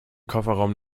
kofferraum